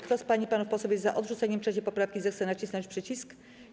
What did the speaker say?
Kto z pań i panów posłów jest za odrzuceniem 3. poprawki, zechce nacisnąć przycisk.